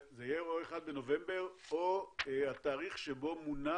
זה יהיה או 1 בנובמבר או התאריך שבו מונה